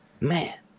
Man